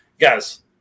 guys